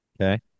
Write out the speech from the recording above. Okay